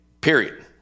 Period